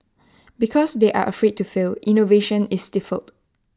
because they are afraid to fail innovation is stifled